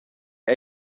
hai